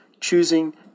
choosing